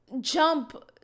jump